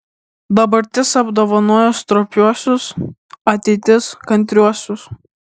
dabartis apdovanoja stropiuosius ateitis kantriuosius